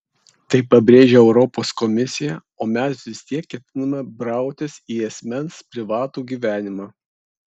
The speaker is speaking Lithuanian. tai pabrėžia europos komisija o mes vis tiek ketiname brautis į asmens privatų gyvenimą